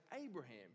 Abraham